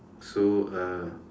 so uh